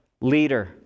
leader